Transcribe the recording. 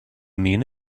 mean